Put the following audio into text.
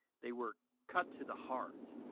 they were cut to the heart,